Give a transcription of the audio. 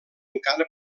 encara